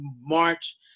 March